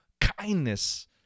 kindness